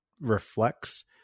reflects